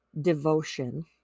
devotion